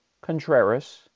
Contreras